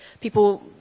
people